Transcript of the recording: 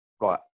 right